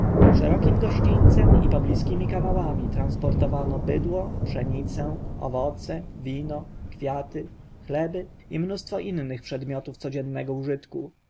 szerokim gościńcem i pobliskiemi kanałami transportowano bydło pszenicę owoce wino kwiaty chleby i mnóstwo innych przedmiotów codziennego użytku